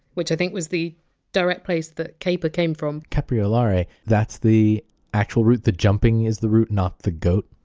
which i think was the direct place that! caper! came from. capriolare that's the actual root, the jumping is the root, not the goat?